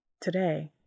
today